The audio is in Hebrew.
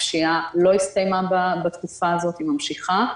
הפשיעה לא הסתיימה בתקופה הזאת, היא ממשיכה.